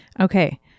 Okay